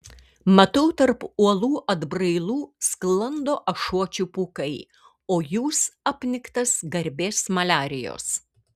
matau tarp uolų atbrailų sklando ašuočių pūkai o jūs apniktas garbės maliarijos